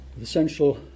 essential